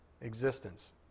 existence